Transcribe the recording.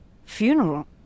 Funeral